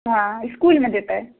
हँ इसकुलमे जेतै